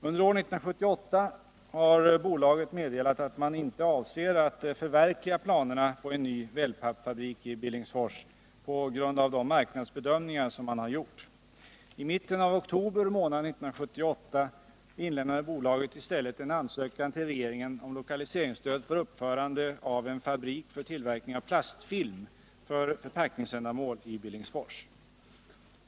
Under år 1978 har bolaget meddelat att man inte avser att förverkliga planerna på en ny wellpappfabrik i Billingsfors på grund av de marknadsbedömningar som man har gjort. I mitten av oktober månad år 1978 inlämnade bolaget i stället en ansökan till regeringen om lokaliseringsstöd för uppförande av en fabrik för tillverkning av plastfilm för förpackningsändamål i Billingsfors.